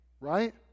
right